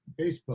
Facebook